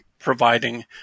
Providing